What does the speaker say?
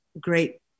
great